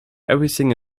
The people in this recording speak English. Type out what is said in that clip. everything